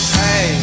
hey